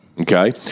Okay